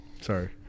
Sorry